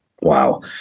Wow